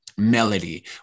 melody